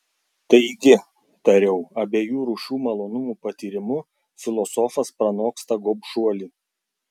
taigi tariau abiejų rūšių malonumų patyrimu filosofas pranoksta gobšuolį